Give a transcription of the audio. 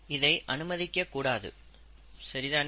இதை அனுமதிக்கக் கூடாது சரிதானே